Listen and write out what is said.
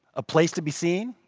a place to be seen.